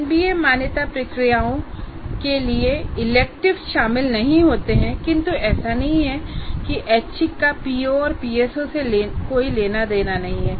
NBA मान्यता प्रक्रियाओं के लिए इलेक्टिव्स शामिल नहीं होते हैं किन्तु ऐसा नहीं है कि ऐच्छिक का पीओ और पीएसओ से कोई लेना देना नहीं है